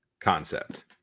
concept